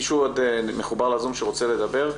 מישהו עוד מחובר לזום שרוצה לדבר?